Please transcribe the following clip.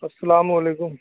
السلام علیکم